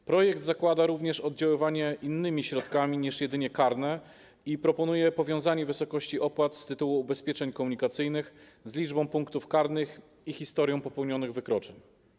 W projekcie zakłada się również oddziaływanie innymi środkami niż środki karne i proponuje się powiązanie wysokości opłat z tytułu ubezpieczeń komunikacyjnych z liczbą uzyskanych punktów karnych i historią popełnionych wykroczeń.